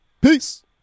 Peace